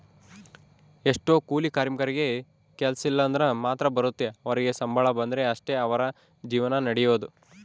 ಎಷ್ಟೊ ಕೂಲಿ ಕಾರ್ಮಿಕರಿಗೆ ಕೆಲ್ಸಿದ್ರ ಮಾತ್ರ ಬರುತ್ತೆ ಅವರಿಗೆ ಸಂಬಳ ಬಂದ್ರೆ ಅಷ್ಟೇ ಅವರ ಜೀವನ ನಡಿಯೊದು